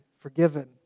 forgiven